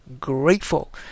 grateful